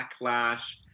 backlash